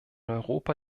europa